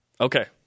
Okay